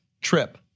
trip